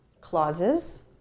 clauses